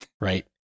right